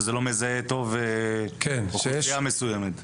שזה לא מזהה טוב אוכלוסייה מסוימת?